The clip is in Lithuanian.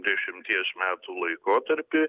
dešimties metų laikotarpį